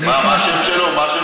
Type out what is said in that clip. מה, מה השם שלו?